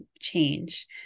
change